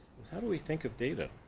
is how do we think of data?